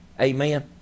Amen